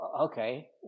okay